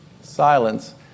silence